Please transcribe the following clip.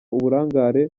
uburangare